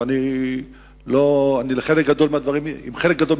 ואני עם חלק גדול מהדברים מזדהה,